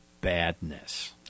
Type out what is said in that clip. badness